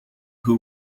who